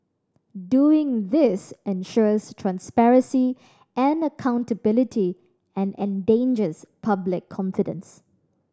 doing this ensures transparency and accountability and engenders public confidence